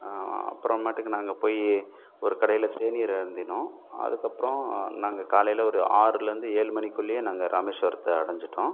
அப்புறமேட்டுக்கு நாங்கள் போய் ஒரு கடையில் தேநீர் அருந்தினோம் அதுக்கப்புறம் நாங்கள் காலையில் ஒரு ஆறுலேருந்து ஏழு மணிக்குள்ளேயே நாங்கள் ராமேஷ்வரத்தை அடைஞ்சிட்டோம்